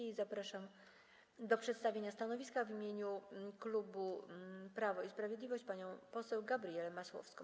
I zapraszam do przedstawienia stanowiska w imieniu klubu Prawo i Sprawiedliwość panią poseł Gabrielę Masłowską.